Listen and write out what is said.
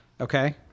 Okay